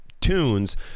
tunes